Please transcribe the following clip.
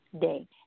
Day